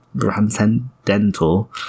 transcendental